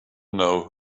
know